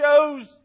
shows